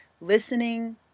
listening